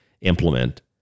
implement